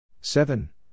Seven